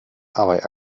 aber